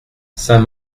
saint